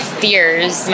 fears